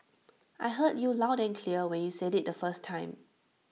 I heard you loud and clear when you said IT the first time